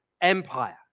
Empire